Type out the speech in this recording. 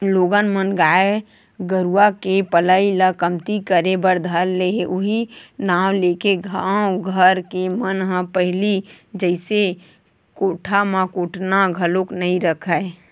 लोगन मन गाय गरुवा के पलई ल कमती करे बर धर ले उहीं नांव लेके गाँव घर के मन ह पहिली जइसे कोठा म कोटना घलोक नइ रखय